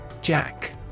Jack